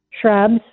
shrubs